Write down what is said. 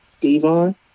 Devon